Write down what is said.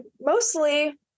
Mostly